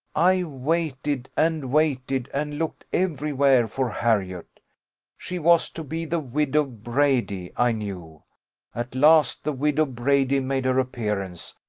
i waited, and waited, and looked every where for harriot she was to be the widow brady, i knew at last the widow brady made her appearance,